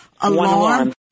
alarm